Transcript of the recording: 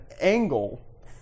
angle